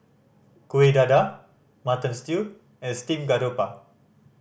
Kuih Dadar Mutton Stew and steamed garoupa